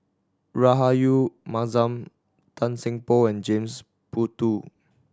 Rahayu Mahzam Tan Seng Poh and James Puthucheary